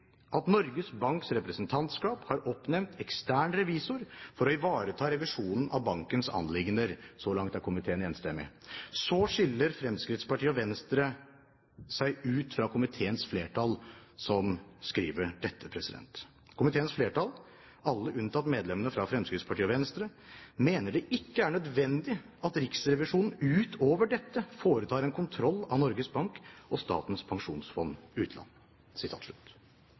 at Norges Banks representantskap har oppnevnt ekstern revisor for å ivareta revisjonen av bankens anliggender.» Så langt er komiteen enstemmig. Så skiller Fremskrittspartiet og Venstre seg ut fra komiteens flertall, som skriver dette: «Komiteens flertall, alle unntatt medlemmene fra Fremskrittspartiet og Venstre mener det ikke er nødvendig at Riksrevisjonen utover dette foretar en kontroll av Norges Bank og Statens pensjonsfond utland.»